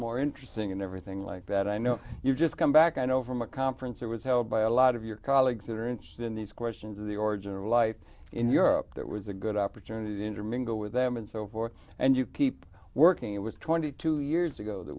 more interesting and everything like that i know you've just come back i know from a conference that was held by a lot of your colleagues that are interested in these questions of the origin of life in europe that was a good opportunity to intermingle with them and so forth and you keep working it was twenty two years ago that